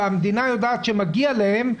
המדינה יודעת שמגיע להם.